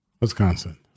Wisconsin